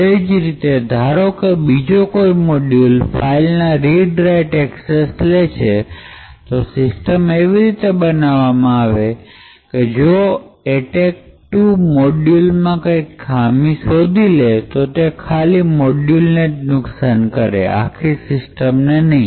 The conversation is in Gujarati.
તે જ રીતે ધારો કે બીજા કોઈ મોડયુલને ફાઇલ ના રીડ રાઇટ એક્સેસ છે તો સિસ્ટમ એવી રીતે બનાવવામાં આવે તો જો એટેક ર મોડયુલમાં કંઈ ખામી શોધી લે તો તે ખાલી મોડ્યુલને નુકશાન કરે આખી સિસ્ટમ ને નહીં